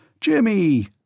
Jimmy